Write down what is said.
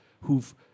who've